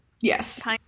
yes